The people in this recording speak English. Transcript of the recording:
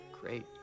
great